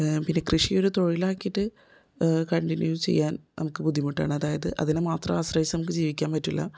പിന്നെ കൃഷി ഒരു തൊഴിലാക്കിയിട്ട് കണ്ടിന്യു ചെയ്യാൻ നമുക്ക് ബുദ്ധിമുട്ടാണ് അതായത് അതിനെ മാത്രം ആശ്രയിച്ച് നമുക്ക് ജീവിക്കാൻ പറ്റില്ല